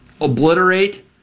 Obliterate